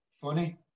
funny